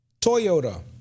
Toyota